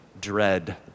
dread